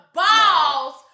balls